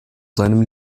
seinem